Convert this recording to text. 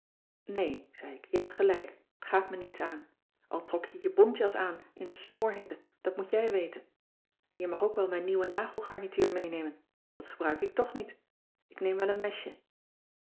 nee zei ik je hebt gelijk t gaat me niets aan al trok je je bontjas aan in een smoorhitte dat moet jij weten en je mag ook wel mijn nieuwe nagelgar nituur meenemen dat gebruik ik toch niet ik neem wel een mesje